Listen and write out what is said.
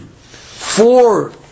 Four